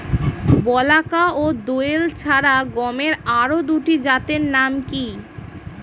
বলাকা ও দোয়েল ছাড়া গমের আরো দুটি জাতের নাম কি?